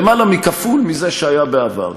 יותר מכפול מזה שהיה בעבר,